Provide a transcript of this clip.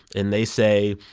and they say,